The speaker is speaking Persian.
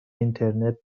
اینترنت